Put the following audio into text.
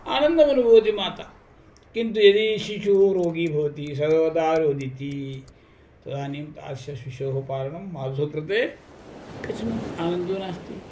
आनन्दमनुभवति माता किन्तु यदि शिशुः रोगी भवति सर्वदा रोदिति तदानीं तादृशशिशोः पालनं मातुः कृते कठिनम् आनन्दो नास्ति